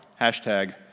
hashtag